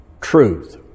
truth